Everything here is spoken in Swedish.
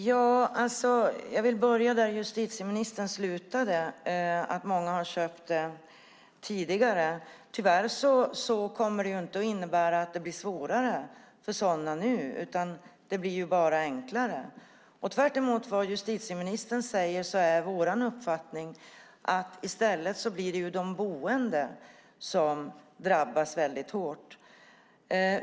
Herr talman! Jag vill börja där justitieministern slutade, att många har köpt fastigheterna tidigare. Tyvärr kommer den nya lagen inte att innebära att det blir svårare för sådana nu, utan det blir bara enklare, och tvärtemot vad justitieministern säger är vår uppfattning att det i stället blir de boende som drabbas väldigt hårt.